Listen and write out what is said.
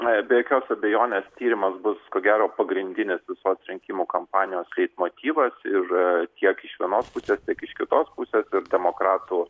na be jokios abejonės tyrimas bus ko gero pagrindinis visos rinkimų kampanijos leitmotyvas ir tiek iš vienos pusės tiek iš kitos pusės ir demokratų